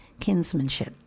kinsmanship